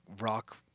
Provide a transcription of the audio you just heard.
rock